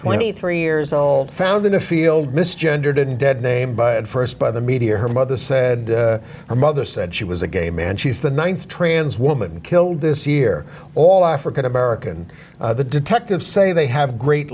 twenty three years old found in a field miss gender didn't dead name but st by the media her mother said her mother said she was a gay man she's the th trans woman killed this year all african american the detectives say they have a great